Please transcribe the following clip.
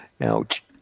Ouch